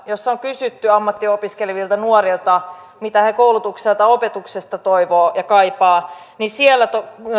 kun on kysytty ammattia opiskelevilta nuorilta mitä he koulutukselta ja opetukselta toivovat ja kaipaavat siellä